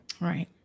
Right